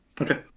okay